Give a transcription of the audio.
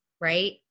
right